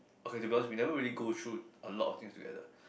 okay okay because we never really go through a lot of things together